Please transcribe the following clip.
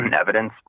evidence